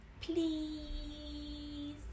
Please